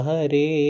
Hare